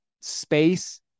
space